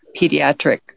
Pediatric